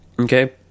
okay